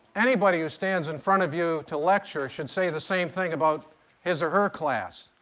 anybody who stands in front of you to lecture should say the same thing about his or her class.